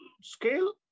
scale